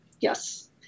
yes